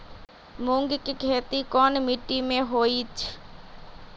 मूँग के खेती कौन मीटी मे होईछ?